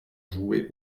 joué